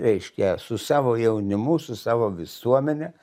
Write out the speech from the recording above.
reiškia su savo jaunimu su savo visuomene